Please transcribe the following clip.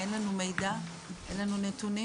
אין לנו מידע, אין לנו נתונים.